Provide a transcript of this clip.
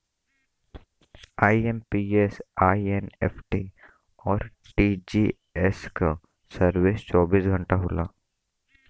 IMPS, NEFT, RTGS क service चौबीस घंटा होला